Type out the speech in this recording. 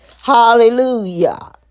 Hallelujah